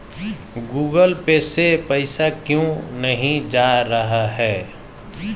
Google Pay से पैसा क्यों नहीं जा रहा है?